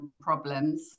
problems